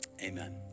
Amen